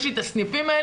יש לי את הסניפים האלה,